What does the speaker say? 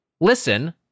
listen